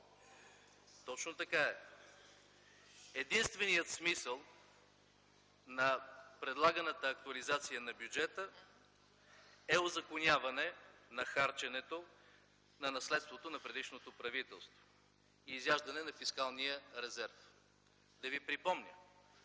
Точно така е! Единственият смисъл на предлаганата актуализация на бюджета е узаконяване на харченето на наследството на предишното правителство и изяждане на фискалния резерв. Да ви припомня,